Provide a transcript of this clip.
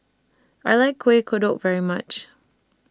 I like Kuih Kodok very much